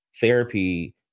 therapy